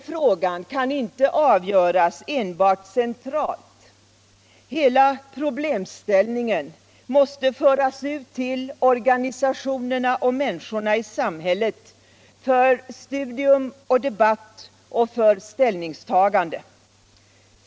Frågan kan inte avgöras enbart centralt -- hela problemställningen måste föras ut till organisationerna och till människorna i samhället för debatt, studium och ställningstagande.